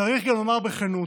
צריך גם לומר בכנות: